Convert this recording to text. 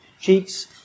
cheeks